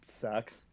sucks